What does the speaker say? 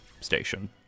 station